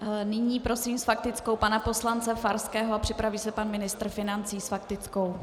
Nyní prosím s faktickou pana poslance Farského a připraví se pan ministr financí s faktickou.